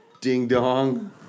ding-dong